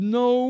no